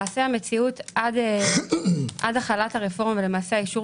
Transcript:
המציאות עד החלת הרפורמה ולמעשה האישור